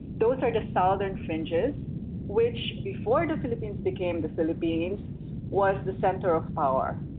those are the southern fringes which before the philippines became the philippines was the centre of power,